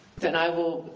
then i will